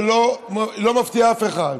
שהיא לא מפתיעה אף אחד.